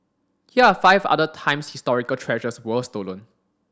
here are five other times historical treasures were stolen